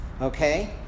Okay